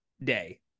day